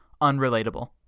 Unrelatable